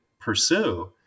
pursue